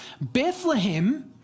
bethlehem